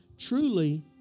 Truly